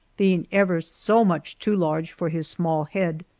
being ever so much too large for his small head,